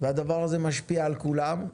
הדבר הזה משפיע על כולם,